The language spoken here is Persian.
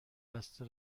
بسته